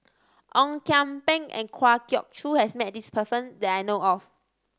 Ong Kian Peng and Kwa Geok Choo has met this person that I know of